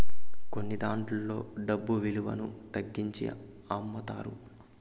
కొన్నదాంట్లో డబ్బు విలువను తగ్గించి అమ్ముతారు